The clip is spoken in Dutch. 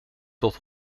tot